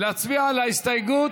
להצביע על ההסתייגות?